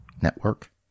Network